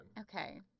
Okay